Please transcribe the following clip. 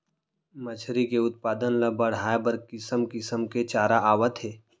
मछरी के उत्पादन ल बड़हाए बर किसम किसम के चारा आवत हे